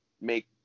make